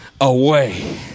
away